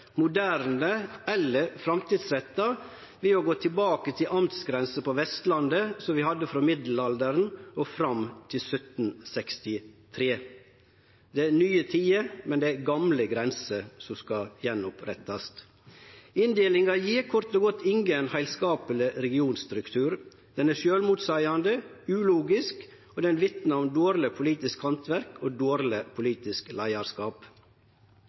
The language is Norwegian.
moderne eller framtidsretta ved å gå tilbake til amtsgrensene på Vestlandet som vi hadde frå middelalderen og fram til 1763. Det er nye tider, men det er gamle grenser som skal gjenopprettast. Inndelinga gjev kort og godt ingen heilskapleg regionstruktur. Den er sjølvmotseiande, ulogisk, og den vitnar om dårleg politisk handverk og dårleg politisk leiarskap.